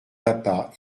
papa